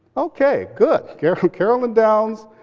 ok, good. carolyn carolyn downs